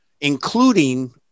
including